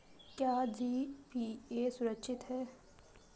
क्या जी.पी.ए सुरक्षित है?